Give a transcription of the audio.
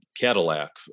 Cadillac